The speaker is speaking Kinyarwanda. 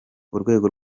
urwego